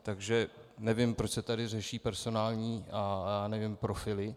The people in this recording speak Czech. Takže nevím, proč se tady řeší personální profily.